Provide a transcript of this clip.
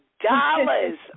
dollars